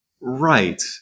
Right